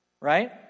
Right